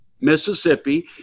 Mississippi